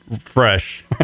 fresh